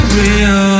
real